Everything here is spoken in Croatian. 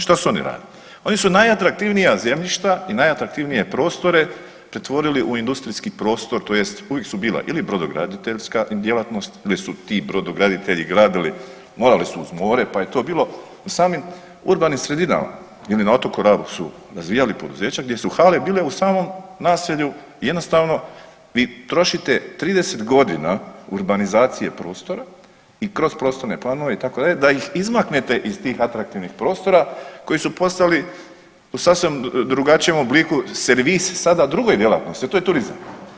Što su oni? ... oni su najatraktivnija zemljišta i najatraktivnije prostore pretvorili u industrijski prostor, tj. uvijek su bila ili brodograditeljska djelatnost ili su ti brodograditelji gradili, morali su uz more pa je to bilo u samim urbanim sredinama ili na otoku Rabu su razvijali poduzeća gdje su hale bile u samom naselju i jednostavno vi trošite 30 godina urbanizacije prostora i kroz prostorne planove, itd., da ih izmaknete iz tih atraktivnih prostora koji su postali u sasvim drugačijem obliku, servis sada drugoj djelatnosti, a to je turizam.